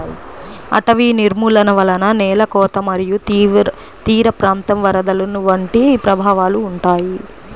అటవీ నిర్మూలన వలన నేల కోత మరియు తీరప్రాంత వరదలు వంటి ప్రభావాలు ఉంటాయి